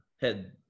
Head